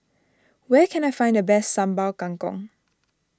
where can I find the best Sambal Kangkong